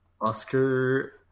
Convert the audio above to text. Oscar